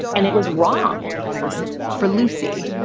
and it was wrong for lucy,